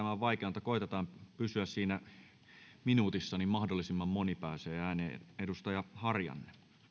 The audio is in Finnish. on vaikeaa mutta koetetaan pysyä siinä minuutissa niin mahdollisimman moni pääsee ääneen edustaja harjanne